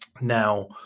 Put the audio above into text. Now